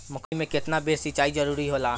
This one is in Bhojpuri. मकई मे केतना बेर सीचाई जरूरी होला?